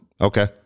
Okay